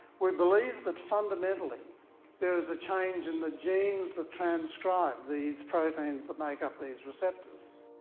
we believe that fundamentally there is a change in the genes that transcribe these proteins that make up these receptors.